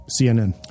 CNN